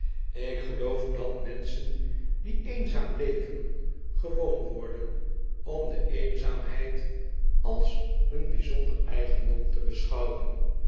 ik geloof dat menschen die eenzaam leven gewoon worden om de eenzaamheid als hun bijzonder eigendom te beschouwen